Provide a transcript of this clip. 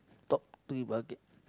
top three bucket